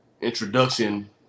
introduction